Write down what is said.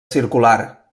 circular